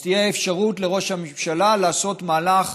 אז תהיה אפשרות לראש הממשלה לעשות מהלך